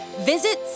visit